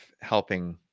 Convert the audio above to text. helping